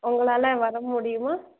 உங்களால வர முடியுமா